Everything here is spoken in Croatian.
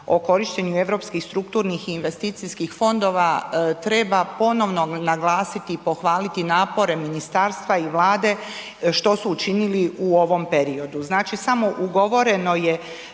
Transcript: o korištenju Europskih strukturnih i investicijskih fondova treba ponovno naglasiti i pohvaliti napore ministarstva i Vlade što su učinili u ovom periodu. Znači, samo ugovoreno je